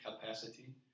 capacity